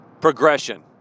Progression